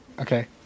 Okay